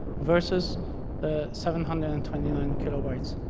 versus ah seven hundred and twenty nine kilobytes.